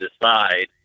decide